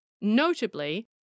Notably